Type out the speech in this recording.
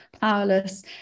powerless